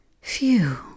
Phew